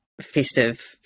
festive